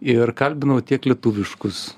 ir kalbinau tiek lietuviškus